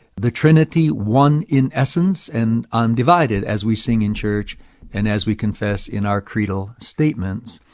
the trinity, one in essence and undivided, as we sing in church and as we confess in our credal statements.